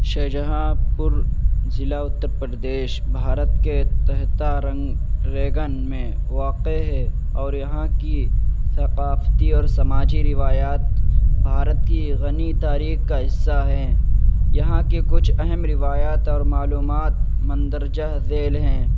شاہجہاں پور ضلع اتر پردیش بھارت کے تحتا رنگ ریگن میں واقع ہے اور یہاں کی ثقافتی اور سماجی روایات بھارت کی غنی تاریخ کا حصہ ہیں یہاں کے کچھ اہم روایات اور معلومات مندرجہ ذیل ہیں